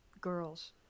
girls